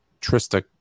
Trista